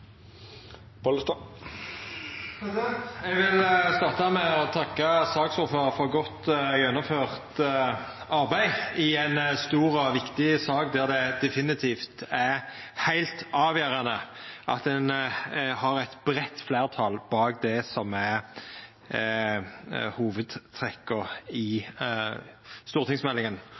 Eg vil starta med å takka saksordføraren for godt gjennomført arbeid i ei stor og viktig sak der det definitivt er heilt avgjerande at ein har eit breitt fleirtal bak det som er hovudtrekka i stortingsmeldinga,